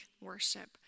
worship